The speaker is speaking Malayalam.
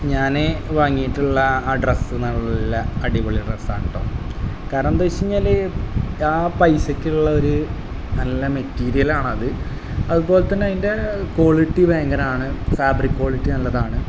ഞാന് വാങ്ങിയിട്ടുള്ള ആ ഡ്രസ്സ് നല്ല അടിപൊളി ഡ്രസ്സാണ് കെട്ടോ കാരണം എന്താണെന്നു വച്ചുകഴിഞ്ഞാല് ആ പൈസക്കുള്ളൊരു നല്ല മെറ്റീരിയലാണത് അതുപോലെതന്നെ അതിൻ്റെ കോളിറ്റി ഭയങ്കരമാണ് ഫാബ്രിക്ക് കോളിറ്റി നല്ലതാണ്